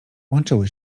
łączyły